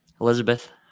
Elizabeth